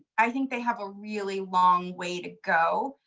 i think they have a really long way to go,